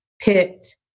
picked